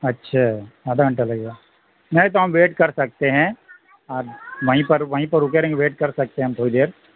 اچھ آدھا گھنٹہ لگے گا نہیں تو ہم ویٹ کر سکتے ہیں آپ وہیں پر وہیں پر رکے رہیں گے ویٹ کرسکتے ہم تھوڑی دیر